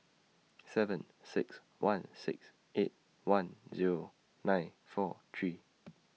seven six one six eight one Zero nine four three